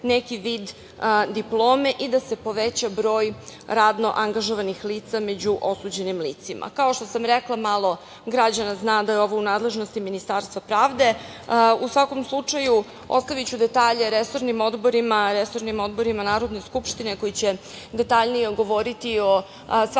neki vid diplome i da se povećava broj radno angažovanih lica, među osuđenim licima. Kao, što sam rekla malo građana zna da je ovo u nadležnosti Ministarstva pravde. U svakom slučaju ostaviću detalje resornim odborima, resornim odborima Narodne skupštine, koji će detaljnije govoriti o svakom